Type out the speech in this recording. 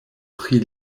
pri